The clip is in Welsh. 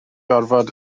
gorfod